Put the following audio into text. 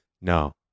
No